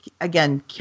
again